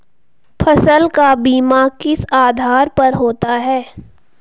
फसल का बीमा किस आधार पर होता है?